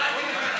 קראתי,